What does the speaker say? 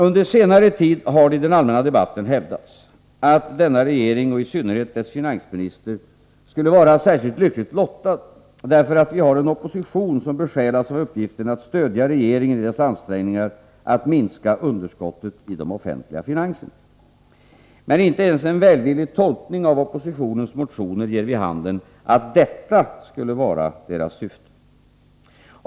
Under senare tid har det i den allmänna debatten hävdats att denna regering, och i synnerhet dess finansminister, skulle vara särskilt lyckligt lottad därför att vi har en opposition som besjälas av uppgiften att stödja regeringen i dess ansträngningar att minska underskottet i de offentliga finanserna. Men inte ens en välvillig tolkning av oppositionens motioner ger vid handen att detta skulle vara dess syfte.